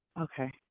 Okay